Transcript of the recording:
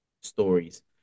stories